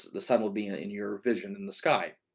the sun will be ah in your vision in the sky.